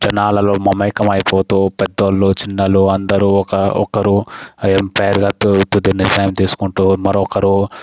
జనాలలో మమేకమై పోతూ పెద్దవాళ్ళు చిన్నలు అందరూ ఒక ఒక్కరు అంపైర్గా నిర్ణయం తీసుకుంటూ మరొకరు